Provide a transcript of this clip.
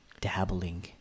dabbling